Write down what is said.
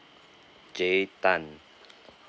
jean tan